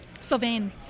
sylvain